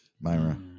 Myra